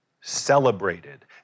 celebrated